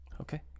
Okay